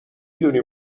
دونی